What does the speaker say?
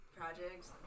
projects